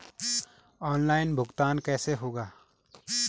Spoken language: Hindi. ऑनलाइन भुगतान कैसे होगा?